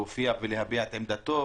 להופיע ולהביע את עמדתו,